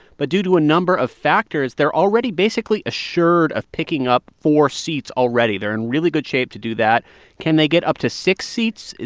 but due to a number of factors, they're already basically assured of picking up four seats already. they're in really good shape to do that. can they get up to six seats?